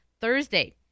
Thursday